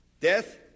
Death